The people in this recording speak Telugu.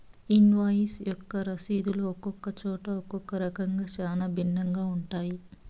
ఇన్వాయిస్ యొక్క రసీదులు ఒక్కొక్క చోట ఒక్కో రకంగా చాలా భిన్నంగా ఉంటాయి